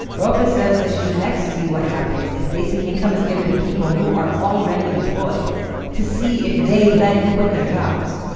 roope says they should next see what happens if basic income is given to people who are already employed to see if they then quit their jobs?